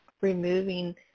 removing